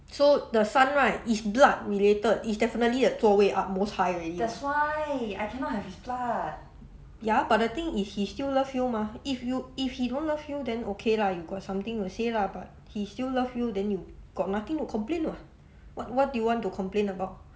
so the son right is blood related is definitely a 座位 utmost high already ya but the thing is he still love you mah if you if he don't love you then okay lah you got something to say lah but he still love you then you got nothing to complain what what what do you want to complain about